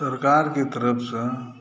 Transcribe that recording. सरकारके तरफसँ